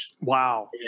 Wow